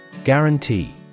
Guarantee